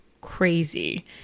crazy